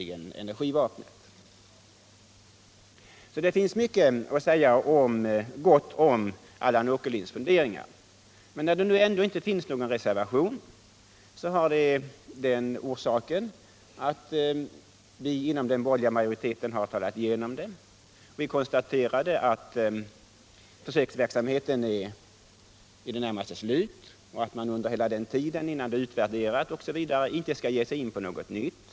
Det finns alltså mycket gott att säga om Allan Åkerlinds funderingar. Nu finns det ingen reservation, men vi inom den borgerliga majoriteten har diskuterat igenom frågan. Vi konstaterade för det första att försöksverksamheten i det närmaste är avslutad och att man, innan en utvärdering skett, inte skall ge sig in på något nytt.